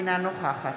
אינה נוכחת